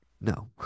no